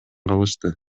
калышты